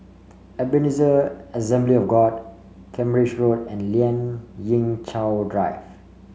Ebenezer Assembly of God Cambridge Road and Lien Ying Chow Drive